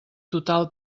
total